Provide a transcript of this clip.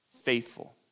faithful